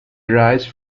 arise